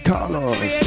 Carlos